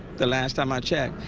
the last time i checked.